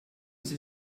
sie